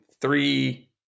three